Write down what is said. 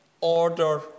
order